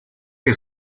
que